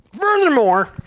Furthermore